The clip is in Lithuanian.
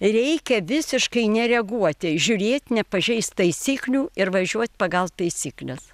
reikia visiškai nereaguoti žiūrėt nepažeist taisyklių ir važiuot pagal taisykles